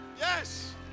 Yes